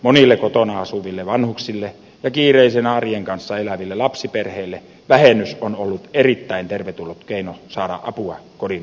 monille kotona asuville vanhuksille ja kiireisen arjen kanssa eläville lapsiperheille vähennys on ollut erittäin tervetullut keino saada apua kodin ylläpitoon